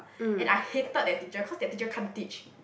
and I hated that teacher cause that teacher can't teach